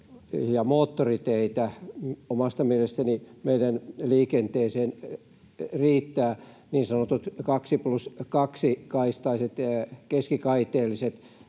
ja moottoriteitä. Omasta mielestäni meidän liikenteeseen riittävät niin sanotut kaksi plus kaksi ‑kaistaiset, keskikaiteelliset